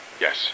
Yes